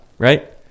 Right